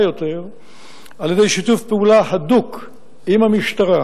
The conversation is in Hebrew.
יותר על-ידי שיתוף פעולה הדוק עם המשטרה.